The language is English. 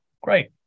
Great